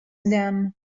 them